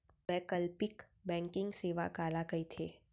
वैकल्पिक बैंकिंग सेवा काला कहिथे?